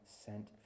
sent